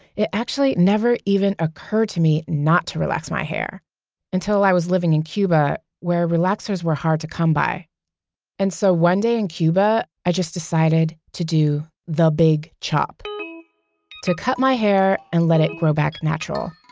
it actually never even occurred to me not to relax my hair until i was living in cuba where relaxers were hard to come by and so one day in cuba, i just decided to do the big chop to cut my hair and let it grow back natural.